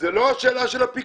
זו לא השאלה של הפיקדון,